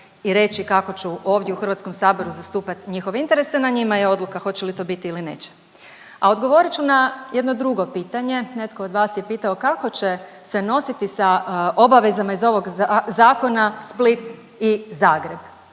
i reći kako ću ovdje u HS-u zastupati njihove interese, na njima je odluka hoće li to biti ili neće. A odgovorit ću na jedno drugo pitanje, netko od vas je pitao kako će se nositi sa obavezama iz ovog zakona Split i Zagreb.